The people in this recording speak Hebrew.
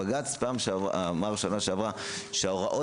הבג"ץ אמר שנה שעברה שההוראות,